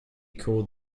called